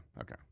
okay